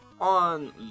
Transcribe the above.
On